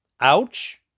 Ouch